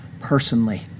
personally